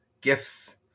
gifts